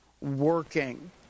working